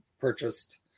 purchased